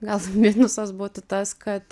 gal minusas būtų tas kad